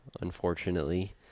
unfortunately